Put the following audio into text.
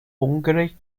hungary